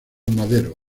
madero